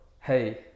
hey